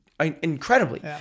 incredibly